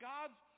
God's